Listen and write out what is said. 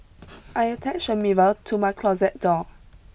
I attached a mirror to my closet door